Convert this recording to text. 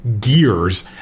gears